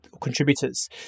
contributors